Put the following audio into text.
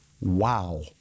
wow